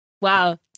Wow